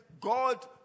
God